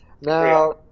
Now